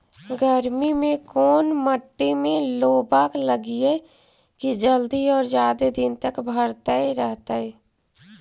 गर्मी में कोन मट्टी में लोबा लगियै कि जल्दी और जादे दिन तक भरतै रहतै?